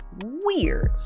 weird